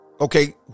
okay